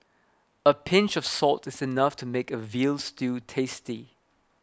a pinch of salt is enough to make a Veal Stew tasty